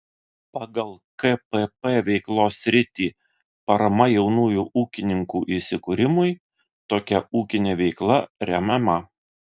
pagal kpp veiklos sritį parama jaunųjų ūkininkų įsikūrimui tokia ūkinė veikla remiama